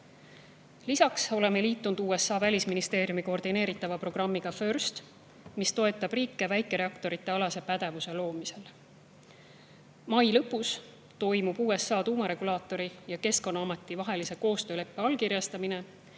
Lisaks oleme liitunud USA välisministeeriumi koordineeritava programmiga FIRST, mis toetab riike väikereaktoritealase pädevuse loomisel. Mai lõpus allkirjastatakse USA tuumaregulaatori ja Keskkonnaameti vaheline koostöölepe ning eelmisel